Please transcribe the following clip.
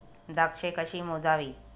द्राक्षे कशी मोजावीत?